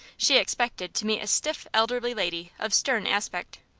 she expected to meet a stiff, elderly lady, of stern aspect.